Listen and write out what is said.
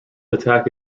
attack